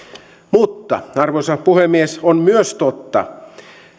mutta arvoisa puhemies on myös totta